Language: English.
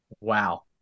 Wow